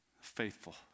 faithful